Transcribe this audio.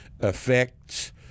affects